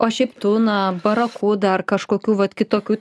o šiaip tuna barakuda ar kažkokių va kitokių